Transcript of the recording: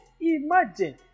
Imagine